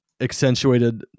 accentuated